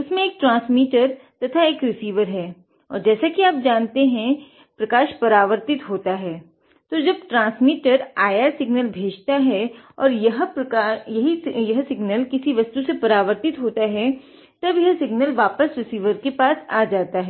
उसमे एक ट्रांसमीटर के पास आ जाता हैं